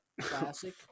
Classic